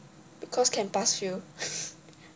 because can pass fail